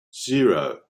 zero